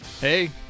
Hey